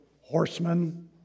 horsemen